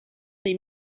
des